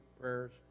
prayers